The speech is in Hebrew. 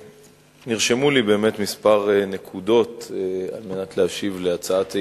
נרשמו לי באמת כמה נקודות כדי להשיב על הצעת האי-אמון,